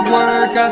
work